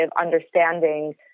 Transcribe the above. understanding